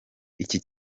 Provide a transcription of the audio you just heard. iki